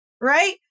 Right